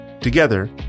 Together